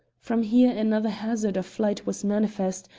from here another hazard of flight was manifest,